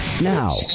Now